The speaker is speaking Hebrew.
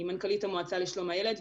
מנכ"לית המועצה לשלום הילד,